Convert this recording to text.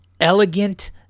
elegant